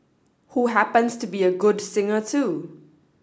who happens to be a good singer too